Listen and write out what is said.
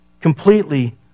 Completely